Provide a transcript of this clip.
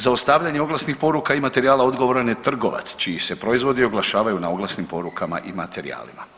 Za ostavljanje oglasnih poruka i materijala odgovoran je trgovac čiji se proizvodi oglašavaju na oglasnim porukama i materijalima.